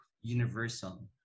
universal